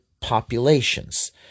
populations